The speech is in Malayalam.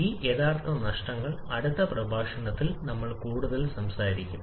ഈ യഥാർത്ഥ നഷ്ടങ്ങൾ അടുത്ത പ്രഭാഷണത്തിൽ നമ്മൾ കൂടുതൽ സംസാരിക്കും